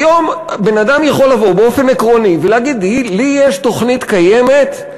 היום בן-אדם יכול לבוא באופן עקרוני ולהגיד: לי יש תוכנית קיימת,